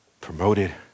promoted